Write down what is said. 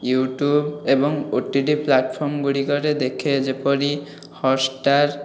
YouTube ଏବଂ OTT platform ଗୁଡ଼ିକରେ ଦେଖେ ଯେପରି ହଟଷ୍ଟାର୍